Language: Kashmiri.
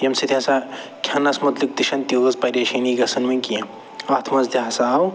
ییٚمہِ سۭتۍ ہسا کھٮ۪نَس متعلِق تہِ چھِنہٕ تیٖژ پریشٲنی گژھان وۄنۍ کیٚنہہ اَتھ منٛز تہِ ہسا آو